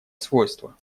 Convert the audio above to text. свойства